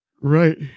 Right